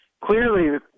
clearly